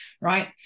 Right